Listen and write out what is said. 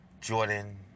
Jordan